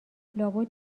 لابد